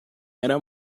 era